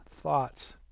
thoughts